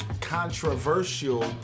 Controversial